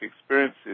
experiences